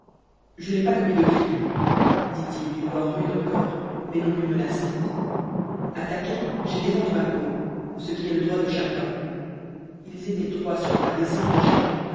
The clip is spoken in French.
je n'ai pas commis de crime dit-il d'une voix rude encore mais non plus menaçante attaqué j'ai défendu ma peau ce qui est le droit de chacun ils étaient trois sur moi des enragés